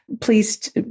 please